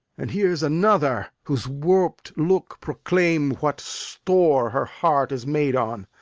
and here's another, whose warp'd looks proclaim what store her heart is made on.